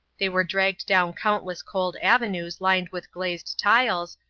they were dragged down countless cold avenues lined with glazed tiles,